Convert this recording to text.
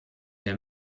der